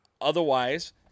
otherwise